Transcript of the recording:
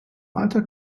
alter